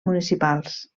municipals